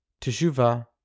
teshuvah